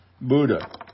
Buddha